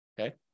Okay